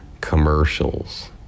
commercials